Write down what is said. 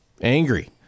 angry